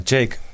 Jake